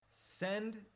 Send